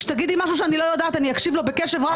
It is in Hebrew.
כשתגידי משהו שאני לא יודעת אני אקשיב לו בקשב רב.